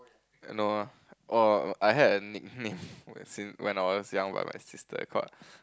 no lah oh I had a nickname as in when I was young like my sister called